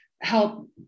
help